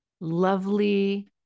lovely